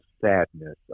sadness